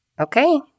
Okay